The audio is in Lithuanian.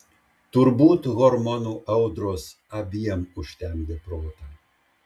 turbūt hormonų audros abiem užtemdė protą